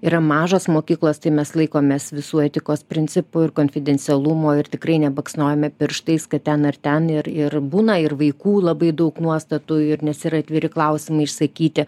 yra mažos mokyklos tai mes laikomės visų etikos principų ir konfidencialumo ir tikrai nebaksnojame pirštais kad ten ar ten ir ir būna ir vaikų labai daug nuostatų ir nes ir atviri klausimai išsakyti